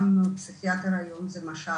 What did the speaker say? גם פסיכיאטר היום זה משאב,